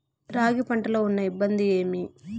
రాగి పంటలో ఉన్న ఇబ్బంది ఏమి?